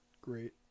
great